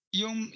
yung